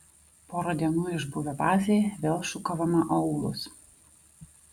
porą dienų išbuvę bazėje vėl šukavome aūlus